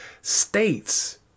states